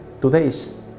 Today's